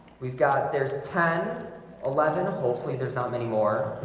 we've got there's ten eleven. hopefully there's not many more